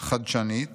חדשנית